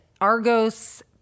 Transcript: Argos